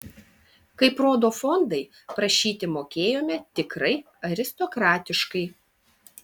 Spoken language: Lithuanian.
kaip rodo fondai prašyti mokėjome tikrai aristokratiškai